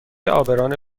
عابران